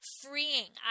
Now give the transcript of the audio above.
freeing